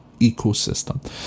ecosystem